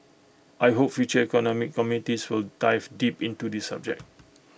I hope future economic committees will dive deep into the subject